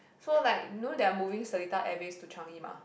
so like know they're moving Seletar air base to Changi mah